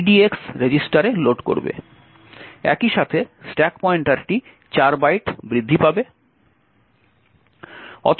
একই সাথে স্ট্যাক পয়েন্টারটি 4 বাইট বৃদ্ধি পাবে